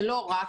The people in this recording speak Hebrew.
ולא רק,